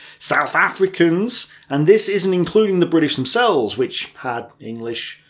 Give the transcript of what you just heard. south africans and this isn't including the british themselves, which had english,